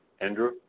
Andrew